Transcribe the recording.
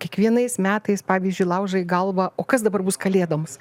kiekvienais metais pavyzdžiui laužai galvą o kas dabar bus kalėdoms